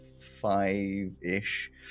Five-ish